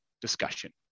discussion